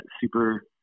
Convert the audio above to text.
super